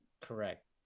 Correct